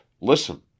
Listen